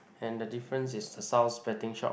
and the difference is the south spreading shop